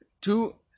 two